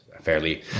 fairly